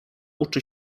uczy